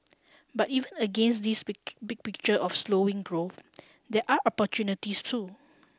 but even against this big big picture of slowing growth there are opportunities too